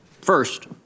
First